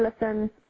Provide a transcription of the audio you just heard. listen